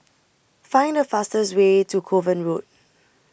Find The fastest Way to Kovan Road